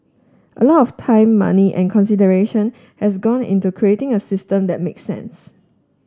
a lot of time money and consideration has gone into creating a system that make sense